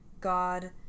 god